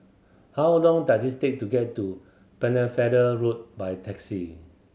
how long does it take to get to Pennefather Road by taxi